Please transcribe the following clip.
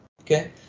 Okay